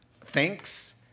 thinks